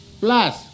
plus